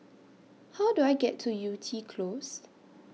How Do I get to Yew Tee Close